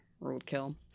roadkill